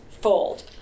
fold